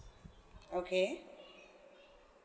okay